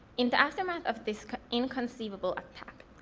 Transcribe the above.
in the aftermath of this inconceivable attack,